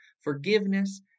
forgiveness